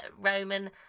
Roman